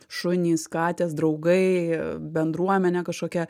šunys katės draugai bendruomenė kažkokia